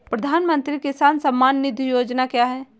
प्रधानमंत्री किसान सम्मान निधि योजना क्या है?